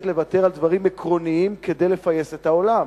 לוותר על דברים עקרוניים כדי לפייס את העולם,